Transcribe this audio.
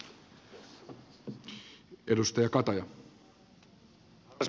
arvoisa puhemies